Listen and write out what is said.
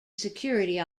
security